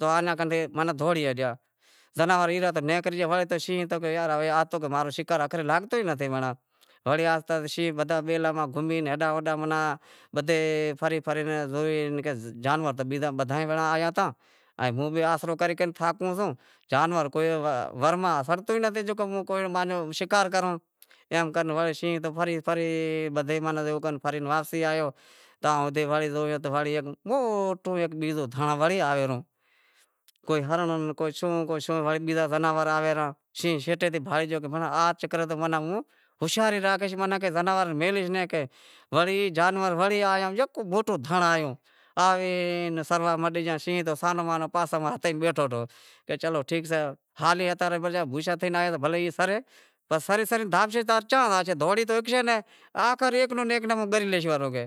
دہوڑی ہیٹھا زناور ای رہیا، دہوڑی ماتھے شینہں کہے کہ یار ماں رو شکار تو لاگتو ئی نتھی۔ وڑے آہستا آہستا شینہں بدہا بیلاں ماہ گھمے وڑے ہیڈاں ہوڈاں بدہے فری فری زوئے کہ جانور تو بینڑاں بیزا بدہا ئے آویا ہتا ائیں ہوں بی آسرو کرے کرے تھاکو سوں، جانور کوئی ور ماہ سڑتو ئی نتھی زیکو ہوں مارے مانجو شیکار کراں۔ وڑے شینہں ماناں فری فری بدہے ماناں فری واپسی آیو کہاں اتے زویو کہ ہیک موٹو ہیک بیزو دہانڑ وڑی آیو رہو، کوئی ہرنڑ، کوئی سوں کوئی بیزا زناور آویں رہیاایئں شیٹے تاں ہوں ماناں ہوشیاری راکھیش ماں زناور میلیہیس کہ جانور وڑے آیا کہ یکو موٹودہنڑ سرواں آہے کہ شینہں پاسے ماہ بیٹھو ہتو، چلو ٹھیک سئے۔ ہاز بھلے ای سریں سرے سرے دھاپنشے تو تو چا دہوڑی تو شگھشیں نیں پسے ایک نی ایک نوں ہوں دہری لیش پرہو۔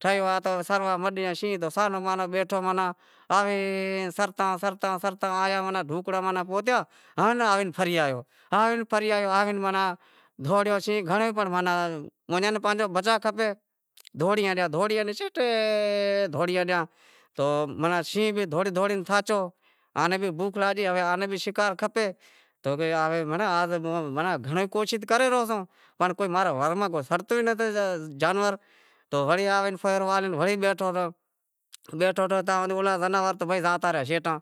ٹھیو سروا مٹی تو شینہں تو بیٹھو ماناں آوے سرتاں سرتاں آیا تو ماناں ڈھوکڑاں ماں پہتیاں ہوے ناں آئے فری آیو دہوڑیو سی گھنڑے پر ماناں انیں ناں پانجو بچا کھپے، دہوڑی دہوڑی ماناں شینہں بھی دہوڑی دہوڑی تھاچو، آ نیں بھی بھوک لاگی، ماناں آ نیں بھی شیکار کھپے تو کہ آز گھنڑو ئی کوشش کرے رہیو سوں پر موں رے ور میں کوئی سڑتو ئی نتھی جانور تو وڑے ئی آوے پھیروا ڈوڑے بیٹھو، بیتھو تو بھئی زانور تو زاتا رہیا شیٹا